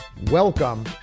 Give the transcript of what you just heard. Welcome